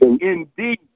indeed